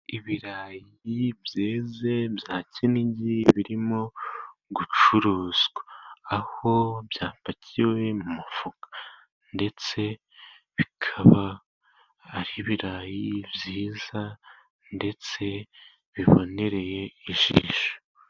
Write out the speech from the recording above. Ibirayi byeze bya kinigi birimo gucuruzwa, aho byapakiwe mu mufuka ndetse bikaba, ari ibirayi byiza ndetse biboneye ijisho.